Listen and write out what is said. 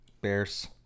Bears